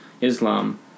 Islam